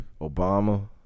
Obama